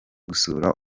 gusura